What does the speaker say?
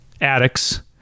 addicts